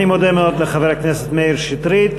אני מודה מאוד לחבר הכנסת מאיר שטרית.